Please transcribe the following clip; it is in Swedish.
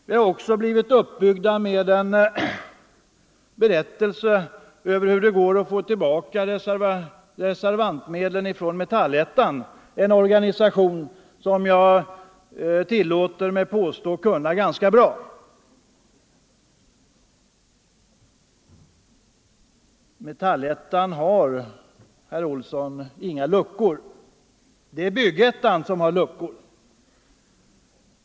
Vi har också blivit uppbyggda med en berättelse om hur det går till att få tillbaka reservantmedlen från Metallettan — en organisation som jag tillåter mig påstå att jag kan ganska bra. På Metallettans expedition finns, herr Olsson i Stockholm, inga luckor. Det är Byggettan som har luckor.